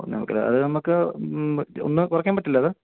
നമുക്ക് അത് നമ്മൾക്ക് ഒന്ന് കുറക്കാൻ പറ്റില്ലേ അത്